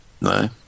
no